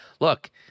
Look